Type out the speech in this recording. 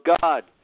God